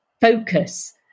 focus